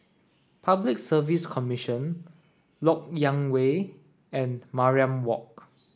Public Service Commission Lok Yang Way and Mariam Walk